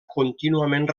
contínuament